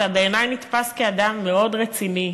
אתה נתפס בעיני כאדם מאוד רציני,